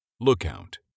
Lookout